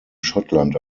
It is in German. schottland